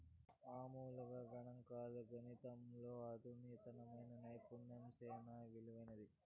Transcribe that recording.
మామూలుగా గణంకాలు, గణితంలో అధునాతన నైపుణ్యాలు సేనా ఇలువైనవి